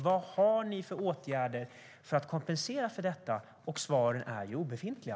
Vad ni för åtgärder för att kompensera för detta? Svaren är obefintliga.